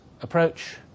approach